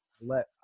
let